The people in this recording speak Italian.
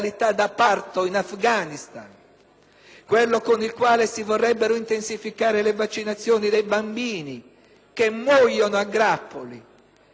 quello con cui si vorrebbero intensificare le vaccinazioni dei bambini che muoiono a grappoli, colpiti dalle malattie endemiche;